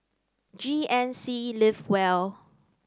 G N C live well